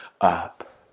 up